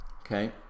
Okay